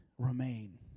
remain